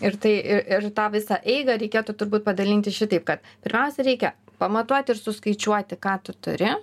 ir tai ir tą visą eigą reikėtų turbūt padalinti šitaip kad pirmiausia reikia pamatuoti ir suskaičiuoti ką tu turi